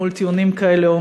מול טיעונים כאלה,